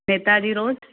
नेता जी रोड